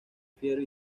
fiero